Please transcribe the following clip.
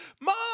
mom